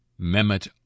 Mehmet